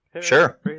Sure